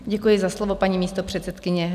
Děkuji za slovo, paní místopředsedkyně.